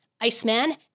Iceman